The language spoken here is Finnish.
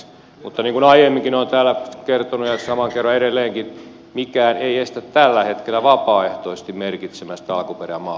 mutta niin kuin aiemminkin olen täällä kertonut ja saman kerron edelleenkin mikään ei estä tällä hetkellä vapaaehtoisesti merkitsemästä alkuperämaata